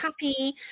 happy